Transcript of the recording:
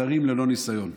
שרים ללא ניסיון,